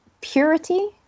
purity